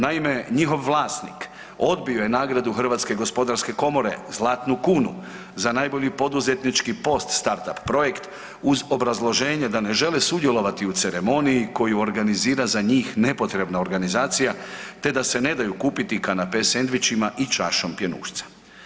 Naime, njihov vlasnik odbio je nagradu Hrvatske gospodarske komore „Zlatnu kunu“ za najbolji poduzetnički post startup projekt uz obrazloženje da ne želi sudjelovati u ceremoniji koju organizira za njih nepotrebna organizacija, te da se ne daju kupiti kanape sendvičima i čašom pjenušca.